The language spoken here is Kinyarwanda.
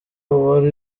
uwari